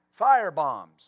Firebombs